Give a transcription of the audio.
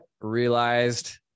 realized